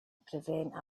prevent